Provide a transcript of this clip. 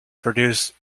produced